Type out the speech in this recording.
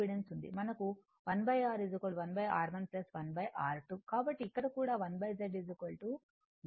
మనకు 1r 1r1 1r2 కాబట్టి ఇక్కడ కూడా 1 z z1 1 z2 చేయండి